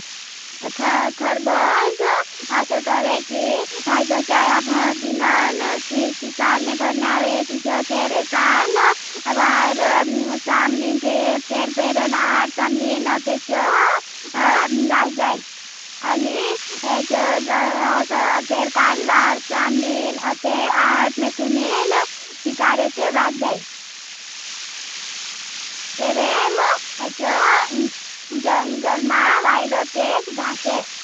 खीर्ऄोर्ज, असो कोर रे। कि चोल आपना ढीडान सिकार शारवाल डर खोरने आवेती। चो तेरे कान बाड, या औम साम्लीन तेर आहइट साम्लीन उते चो। ढेखी हुआ सय तेर गाइंद बाद सामलीन, असे। सुनेर, सिकारसे बादजाई तेरेम जंगल मा वाईडो तेज़ ढासे।